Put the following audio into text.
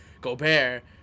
Gobert